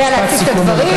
יודע להציג את הדברים,